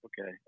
Okay